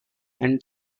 and